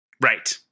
Right